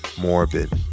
morbid